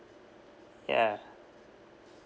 ya